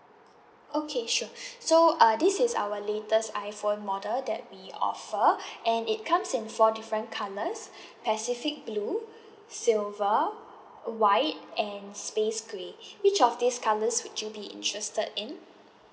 okay sure so uh this is our latest iphone model that we offer and it comes in four different colours pacific blue silver white and space grey which of these colours would you be interested in